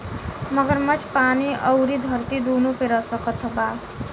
मगरमच्छ पानी अउरी धरती दूनो पे रह सकत बा